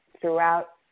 throughout